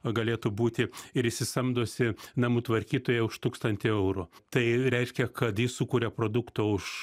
galėtų būti ir jisai samdosi namų tvarkytoją už tūkstantį eurų tai reiškia kad jis sukuria produkto už